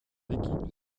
équipe